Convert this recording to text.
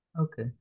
Okay